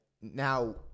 now